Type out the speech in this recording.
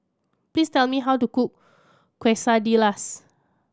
please tell me how to cook Quesadillas